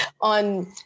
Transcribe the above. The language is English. on